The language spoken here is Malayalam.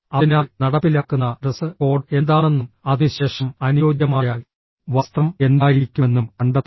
അതിനാൽ നടപ്പിലാക്കുന്ന ഡ്രസ് കോഡ് എന്താണെന്നും അതിനുശേഷം അനുയോജ്യമായ വസ്ത്രം എന്തായിരിക്കുമെന്നും കണ്ടെത്തുക